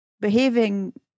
behaving